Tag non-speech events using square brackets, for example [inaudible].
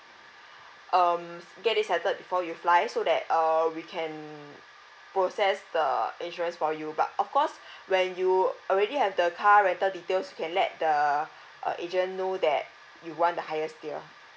um s~ get decided before you fly so that uh we can process the insurance for you but of course [breath] when you already have the car rental details you can let the uh agent know that you want the highest tier